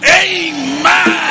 amen